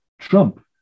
Trump